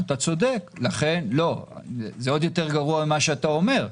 אתה צודק, זה עוד יותר גרוע ממה שאתה אומר.